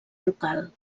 ducal